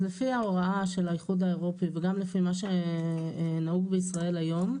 אז לפי ההוראה של האיחוד האירופי וגם לפי מה שנהוג בישראל היום,